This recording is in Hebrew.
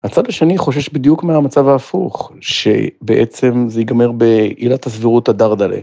‫הצד השני חושש בדיוק מהמצב ההפוך, ‫שבעצם זה ייגמר ‫בעילת הסבירות הדרדלה.